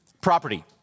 property